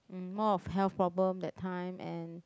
um more of health problem that time and